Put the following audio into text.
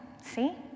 See